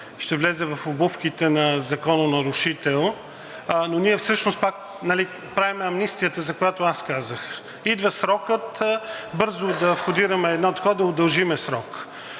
ще влезе в обувките на закононарушител. А ние всъщност пак правим амнистията, за която аз казах – идва срокът, бързо да входираме едно такова и да удължим срока.